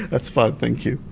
that's fine. thank you